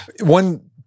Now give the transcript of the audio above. One